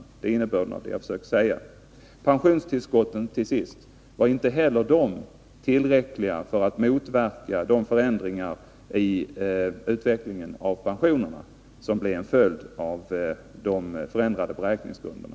Detta är innebörden av vad jag har försökt säga. Till sist: Inte heller pensionstillskotten var tillräckliga för att motverka de förändringar i utvecklingen av pensionerna som blev en följd av de förändrade beräkningsgrunderna.